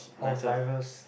or virus